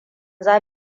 za